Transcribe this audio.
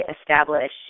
establish